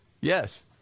Yes